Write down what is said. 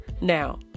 now